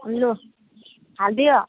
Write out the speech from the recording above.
लु हालिदियो